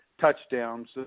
touchdowns